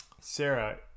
Sarah